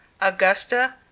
Augusta